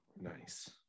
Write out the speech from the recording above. Nice